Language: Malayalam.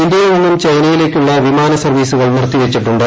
ഇന്ത്യയിൽ നിന്നും ചൈനയിലേക്കുള്ള വിമാനസർവീസുകൾ നിർത്തി വച്ചിട്ടുണ്ട്